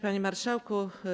Panie Marszałku!